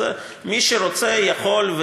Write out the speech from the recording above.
אז מי שרוצה יכול,